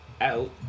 out